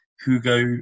Hugo